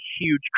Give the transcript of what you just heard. huge